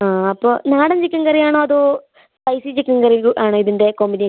അപ്പോൾ നാടൻ chicken curry ആണോ അതോ സ്പൈസി ചിക്കൻ കറി ആണോ ഇതിൻ്റെ കോമ്പിനേഷൻ